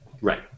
Right